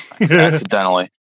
Accidentally